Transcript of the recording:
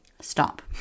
stop